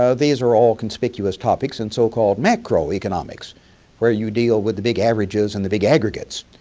ah these are all conspicuous topics and so-called macroeconomics where you deal with the big averages and the big aggregates.